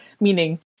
meaning